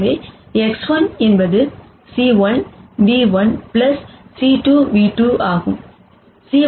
எனவே X̂ என்பது c1 ν₁ c2 v2 ஆகும்